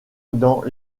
dans